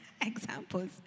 examples